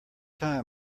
time